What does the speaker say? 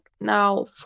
now